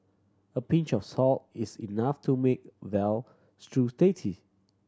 a pinch of salt is enough to make veal stew